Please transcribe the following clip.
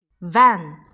van